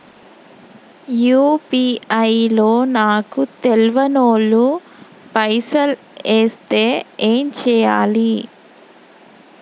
UPI లో నాకు తెల్వనోళ్లు పైసల్ ఎస్తే ఏం చేయాలి?